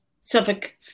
Suffolk